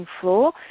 floor